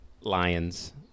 Lions